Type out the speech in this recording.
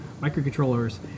microcontrollers